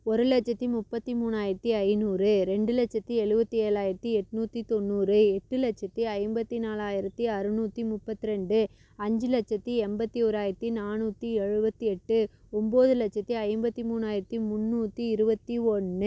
ஒரு லட்சத்தி முப்பத்தி மூணாயிரத்தி ஐந்நூறு ரெண்டு லட்சத்தி எழுவத்தி ஏழாயிரத்தி எண்ணூத்தி தொண்ணூறு எட்டு லட்சத்தி ஐம்பத்தி நாலாயிரத்தி அறநூற்றி முப்பத்தி ரெண்டு அஞ்சு லட்சத்தி எண்பத்தி ஓராயிரத்தி நானூற்றி எழுபத்தி எட்டு ஒம்பது லட்சத்தி ஐம்பத்தி மூணாயிரத்தி முன்னூற்றி இருபத்தி ஒன்று